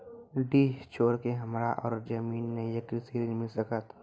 डीह छोर के हमरा और जमीन ने ये कृषि ऋण मिल सकत?